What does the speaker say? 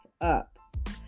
up